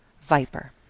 Viper